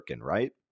right